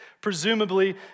presumably